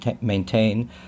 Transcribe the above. maintain